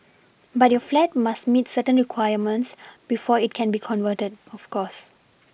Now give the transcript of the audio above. but your flat must meet certain requirements before it can be converted of course